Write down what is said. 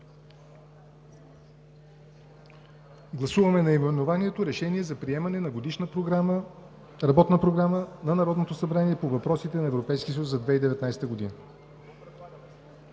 да се назовава „Решение за приемане на Годишна работна програма на Народното събрание по въпросите на Европейския съюз за 2019 г.“